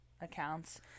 accounts